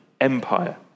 Empire